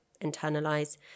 internalize